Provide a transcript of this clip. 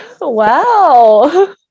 Wow